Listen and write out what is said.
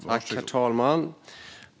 Herr talman!